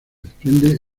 desprende